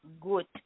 good